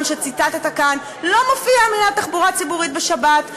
שציטטת כאן לא מופיעות המילים תחבורה ציבורית בשבת,